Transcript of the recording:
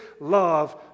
love